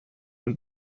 when